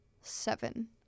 seven